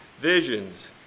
visions